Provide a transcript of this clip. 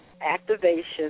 activation